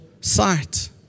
sight